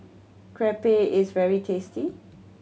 crepe is very tasty